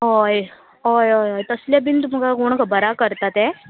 हय हय हय हय तसलें बीन तुमकां कोण खबर आहा करता तें